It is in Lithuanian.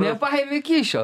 nepaėmė kyšio